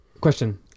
question